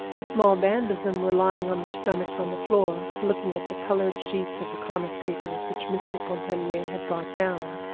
a small band of them were lying on their stomachs on the floor looking at the colored sheets of the comic papers which mr. pontellier had brought down.